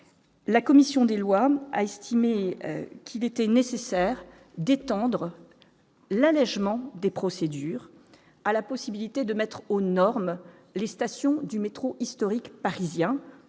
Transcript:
La commission des lois a estimé qu'il était nécessaire d'étendre l'allégement des procédures à la possibilité de mettre aux normes les stations du métro historique parisien